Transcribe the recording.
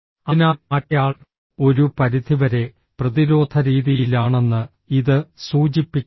അതിനാൽ മറ്റേയാൾ ഒരു പരിധിവരെ പ്രതിരോധ രീതിയിലാണെന്ന് ഇത് സൂചിപ്പിക്കുന്നു